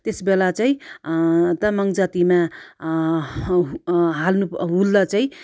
त्यस बेला चाहिँ तामाङ जातिमा हाल्नु हुल्दा चाहिँ